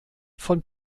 von